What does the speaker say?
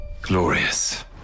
Glorious